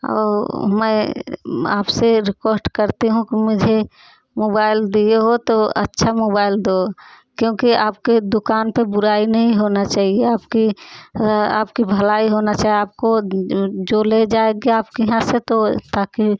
और मैं आपसे रिक्वेस्ट करती हूँ कि मुझे मोबाइल दिए हो तो अच्छा मोबाइल दो क्योंकि आपके दुकान पर बुराई नहीं होना चाहिए आपकी आपकी भलाई होना चाहिए आपको जो जो ले जाएगा आपके यहाँ से तो ताकि